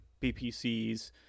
bpcs